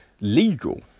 legal